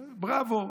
בראבו,